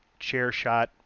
ChairShot